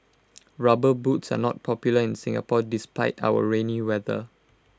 rubber boots are not popular in Singapore despite our rainy weather